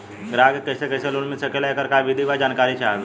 ग्राहक के कैसे कैसे लोन मिल सकेला येकर का विधि बा जानकारी चाहत बा?